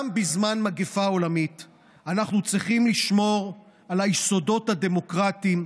גם בזמן מגפה עולמית עלינו לשמור על היסודות הדמוקרטיים,